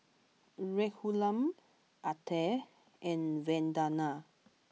Raghuram Atal and Vandana